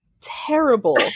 terrible